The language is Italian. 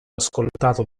ascoltato